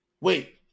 Wait